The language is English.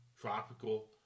tropical